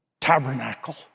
tabernacle